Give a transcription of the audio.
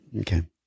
Okay